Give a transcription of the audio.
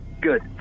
Good